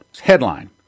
Headline